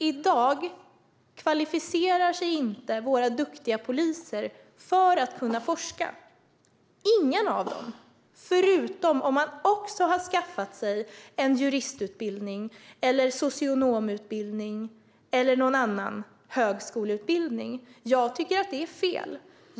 I dag kvalificerar sig inte våra duktiga poliser för att forska utom om de också har skaffat sig en juristutbildning, en socionomutbildning eller någon annan högskoleutbildning. Jag tycker att det är fel.